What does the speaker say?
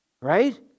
Right